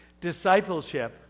Discipleship